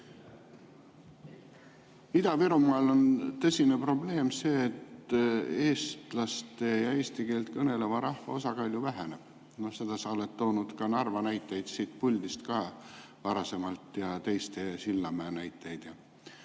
Ida-Virumaal on tõsine probleem see, et eestlaste ja eesti keelt kõneleva rahva osakaal väheneb. Sa oled toonud ka Narva näiteid siit puldist varasemalt ja teiste [linnade, näiteks]